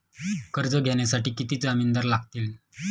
कर्ज घेण्यासाठी किती जामिनदार लागतील?